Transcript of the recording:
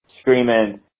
screaming